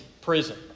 prison